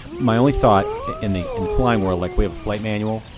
my only thought, in the and flying world, like we have a flight manual,